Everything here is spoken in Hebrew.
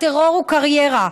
הטרור הוא קריירה,